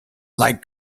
like